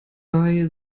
bei